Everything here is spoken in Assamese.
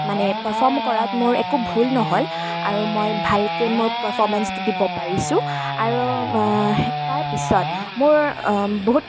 মানে পাৰফৰ্ম কৰাত মোৰ একো ভুল নহ'ল আৰু মই ভালকৈ মোৰ পাৰফৰ্মেন্সটো দিব পাৰিছোঁ আৰু তাৰপিছত মোৰ বহুত